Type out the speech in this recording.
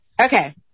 Okay